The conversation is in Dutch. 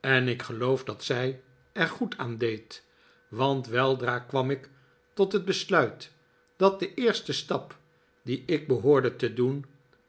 en ik geloof dat zij er goed aan deed want weldra kwam ik tot het besluit dat de eerste stap dien ik behoorde te doen